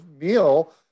meal